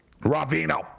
Ravino